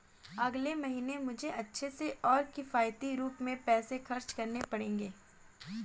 अगले महीने मुझे अच्छे से और किफायती रूप में पैसे खर्च करने पड़ेंगे